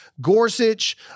Gorsuch